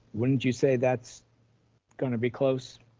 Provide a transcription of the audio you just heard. wouldn't you say that's gonna be close?